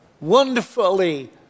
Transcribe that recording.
wonderfully